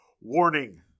Warning